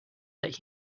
that